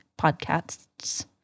podcasts